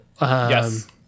Yes